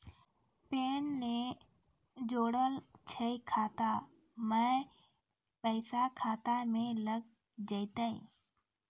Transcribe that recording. Pan ने जोड़लऽ छै खाता मे पैसा खाता मे लग जयतै?